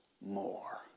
more